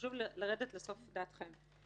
חשוב לי לרדת לסוף דעתכם.